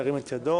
ירים את ידו.